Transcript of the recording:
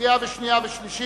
קריאה שנייה וקריאה שלישית.